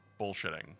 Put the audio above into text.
bullshitting